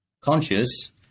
conscious